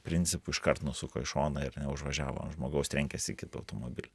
principu iškart nusuko į šoną ir neužvažiavo ant žmogaus trenkėsi į kitą automobilį